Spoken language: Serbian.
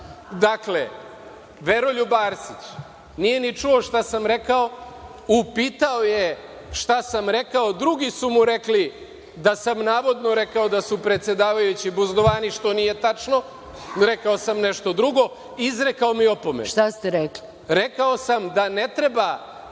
Dakle, Veroljub Arsić nije ni čuo šta sam rekao. Upitao je šta sam rekao, drugi su mu rekli da sam, navodno, rekao da su predsedavajući buzdovani, što nije tačno. Rekao sam nešto drugo. Izrekao mi je opomenu.